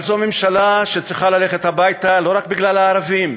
אבל זו ממשלה שצריכה ללכת הביתה לא רק בגלל הערבים,